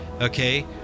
okay